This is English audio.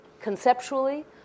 conceptually